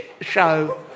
show